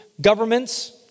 governments